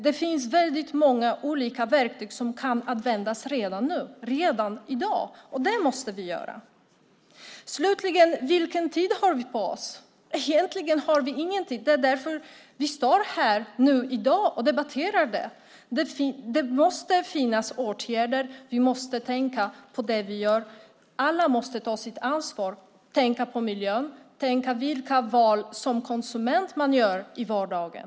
Det finns många olika verktyg som kan användas redan i dag, och det måste vi göra. Vilken tid har vi på oss? Egentligen har vi ingen tid. Det är därför vi står här nu och debatterar detta. Det måste finnas åtgärder. Vi måste tänka på det vi gör. Alla måste ta sitt ansvar och tänka på miljön och på vilka val man gör som konsument i vardagen.